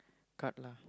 card lah